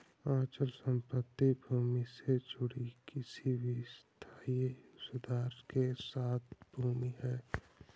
अचल संपत्ति भूमि से जुड़ी किसी भी स्थायी सुधार के साथ भूमि है